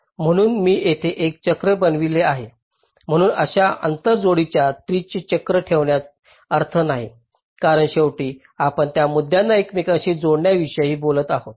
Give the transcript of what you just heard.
म्हणून मी येथे एक चक्र बनविले आहे म्हणून अशा आंतरजोडणीच्या ट्रीचे चक्र ठेवण्यात अर्थ नाही कारण शेवटी आपण या मुद्द्यांना एकमेकांशी जोडण्याविषयी बोलत आहोत